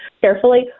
carefully